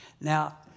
Now